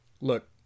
look